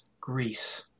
Greece